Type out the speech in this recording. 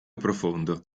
profondo